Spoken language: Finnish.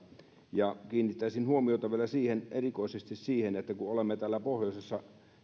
kiinnittäisin huomiota vielä erityisesti siihen että kun olemme täällä pohjoisessa